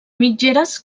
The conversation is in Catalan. mitgeres